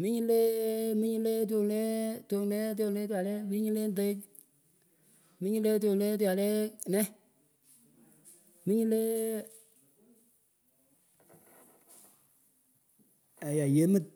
mih nyilereh bmih nyileeh tyonleekeeh tyonleeh tyoneleh tyolaeh mih nyilendah mih nyileh tyonah tyolaeh nee mih nyileeh ayah yemit.